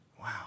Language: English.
wow